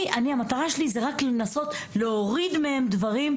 המטרה שלי היא לנסות להוריד מהם דברים,